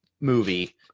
movie